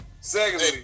Secondly